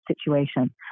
situation